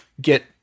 get